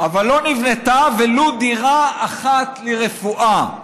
לא נבנתה ולו דירה אחת לרפואה.